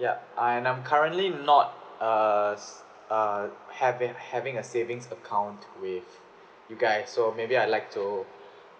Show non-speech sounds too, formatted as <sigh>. yup I I'm currently not err <noise> err having having a savings account with you guys so maybe I like to